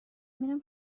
میرم